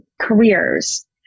careers